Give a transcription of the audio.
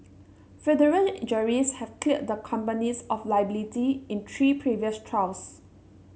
federal juries have cleared the companies of liability in three previous trials